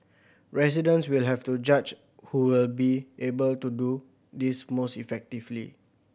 residents will have to judge who will be able to do this most effectively